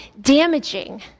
damaging